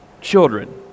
children